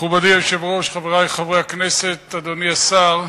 מכובדי היושב-ראש, חברי חברי הכנסת, אדוני השר,